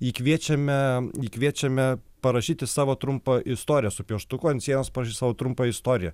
jį kviečiame jį kviečiame parašyti savo trumpą istoriją su pieštuku ant sienos pavyzdžiui savo trumpą istoriją